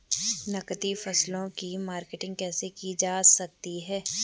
नकदी फसलों की मार्केटिंग कैसे की जा सकती है?